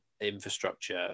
infrastructure